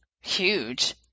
huge